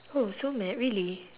oh so mad really